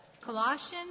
Colossians